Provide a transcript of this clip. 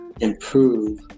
improve